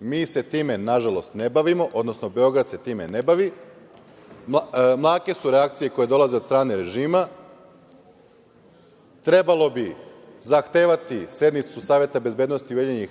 Mi se time nažalost ne bavimo, odnosno Beograd se time ne bavi, mlake su reakcije koje dolaze od strane režima. Trebalo bi zahtevati sednicu Saveta bezbednosti UN